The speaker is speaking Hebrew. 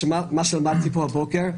מה שלמדתי פה הבוקר,